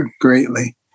greatly